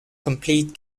complete